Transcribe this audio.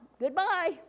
goodbye